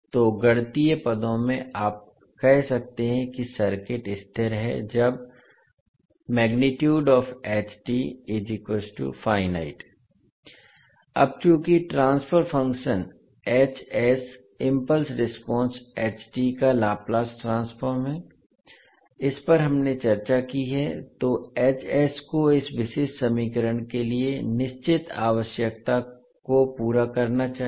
तो गणितीय पदों में आप कह सकते हैं कि सर्किट स्थिर है जब अब चूंकि ट्रांसफर फंक्शन इम्पल्स रेस्पोंस का लाप्लास ट्रांसफॉर्म है इस पर हमने चर्चा की है तो को इस विशेष समीकरण के लिए निश्चित आवश्यकता को पूरा करना चाहिए